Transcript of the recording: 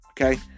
Okay